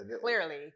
clearly